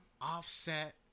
offset